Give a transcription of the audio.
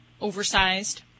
oversized